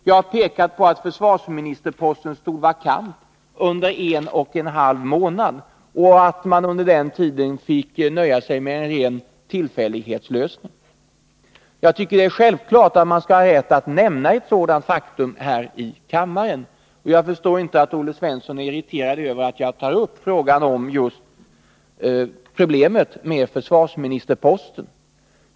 Jag har pekat på att försvarsministerposten stod vakant under en och en halv månad och att regeringen under den tiden fick nöja sig med en ren tillfällighetslösning. Jag tycker att det är självklart att man skall ha rätt att nämna ett sådant faktum här i kammaren, och jag förstår inte att Olle Svensson är irriterad över att jag tar upp frågan om just problemet med försvarsministerposten.